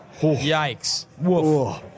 Yikes